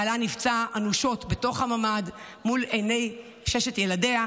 בעלה נפצע אנושות בתוך הממ"ד מול עיני ששת ילדיה.